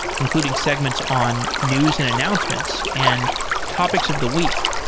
including segments on news and announcements and topics of the week.